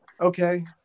Okay